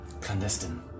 clandestine